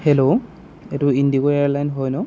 hello এইটো IndiGo airline হয় ন